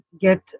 get